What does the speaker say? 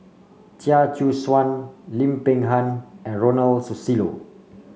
Chia Choo Suan Lim Peng Han and Ronald Susilo